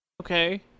Okay